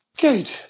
Good